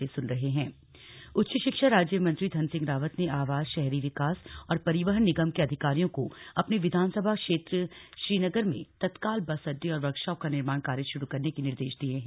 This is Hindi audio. धन सिंह रावत उच्च शिक्षा राज्य मंत्री धन सिंह रावत ने आवास शहरी विकास और परिवहन निगम के अधिकारियों को अपने विधानसभा क्षेत्र श्रीनगर में तत्काल बस अड्डे और वर्कशॉप का निर्माण कार्य शुरू करने के निर्देश दिए हैं